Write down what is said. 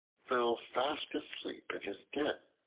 fell fast asleep in his den.